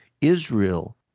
Israel